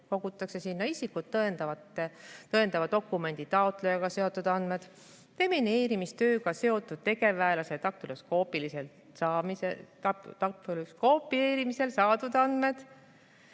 kasutajate andmed, isikut tõendava dokumendi taotlejaga seotud andmed, demineerimistööga seotud tegevväelase daktüloskopeerimisel saadud andmed,